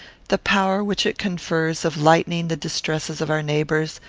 the power which it confers of lightening the distresses of our neighbours,